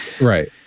right